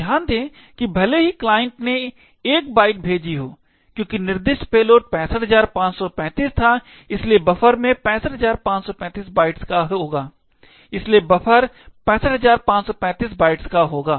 तो ध्यान दें कि भले ही क्लाइंट ने 1 बाइट भेजी हो क्योंकि निर्दिष्ट पेलोड 65535 था इसलिए बफर में 65535 बाइट्स का डेटा होगा